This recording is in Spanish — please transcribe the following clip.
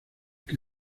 que